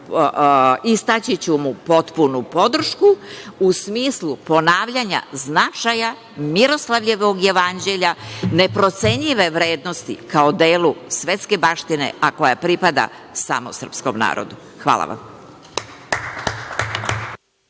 istaći ću mu potpunu podršku, u smislu ponavljanja značaja Miroslavljevog jevanđelja neprocenjive vrednosti kao delu svetske baštine, a koja pripada samo srpskom narodu. Hvala vam.